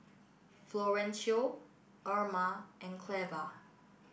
Florencio Erma and Cleva